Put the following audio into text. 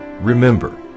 Remember